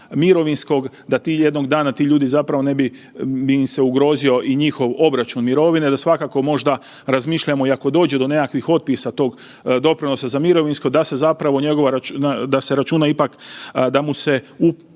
mirovinskog da ti jednog dana, da ti ljudi zapravo ne bi, bi im se ugrozio i njihov obračun mirovine, da svakako možda razmišljamo i ako dođe do nekakvih otpisa tog doprinosa za mirovinsko da se zapravo njegova, da se računa ipak, da mu se i taj